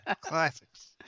Classics